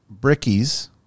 brickies